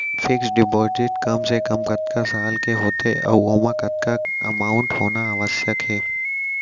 Fix deposit कम से कम कतका साल के होथे ऊ ओमा कतका अमाउंट होना आवश्यक हे?